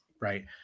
right